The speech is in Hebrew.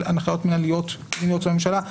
בדרך של הנחיות מנהליות של הממשלה.